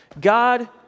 God